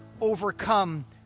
overcome